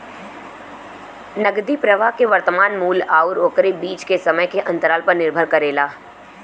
नकदी प्रवाह के वर्तमान मूल्य आउर ओकरे बीच के समय के अंतराल पर निर्भर करेला